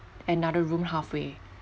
another room halfway